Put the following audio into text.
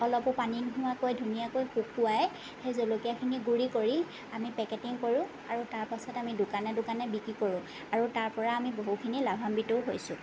অলপো পানী নোহোৱাকৈ ধুনীয়াকৈ শুকোৱাই সেই জলকীয়াখিনি গুৰি কৰি আমি পেকেটিং কৰোঁ আৰু তাৰ পিছত আমি দোকানে দোকানে বিক্ৰী কৰোঁ আৰু তাৰ পৰা আমি বহুখিনি লাভান্বিতও হৈছোঁ